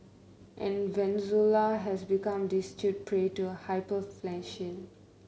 and Venezuela has become destitute prey to hyperinflation